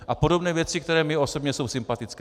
A podobné věci, které mně osobně jsou sympatické.